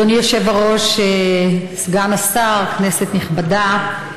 אדוני היושב-ראש, סגן השר, כנסת נכבדה,